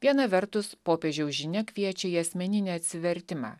viena vertus popiežiaus žinia kviečia į asmeninį atsivertimą